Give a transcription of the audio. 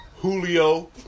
Julio